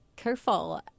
careful